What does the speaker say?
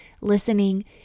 listening